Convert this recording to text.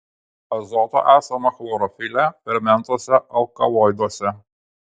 azoto esama chlorofile fermentuose alkaloiduose